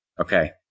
Okay